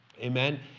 amen